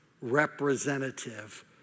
representative